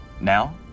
Now